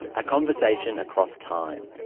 a conversation across time